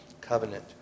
covenant